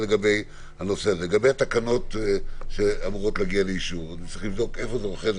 לגבי התקנות שאמורות להגיע לאישור צריך לבדוק איפה זה עומד.